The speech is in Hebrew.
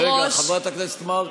וחבל,